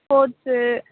sports